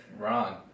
wrong